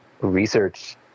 research